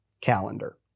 calendar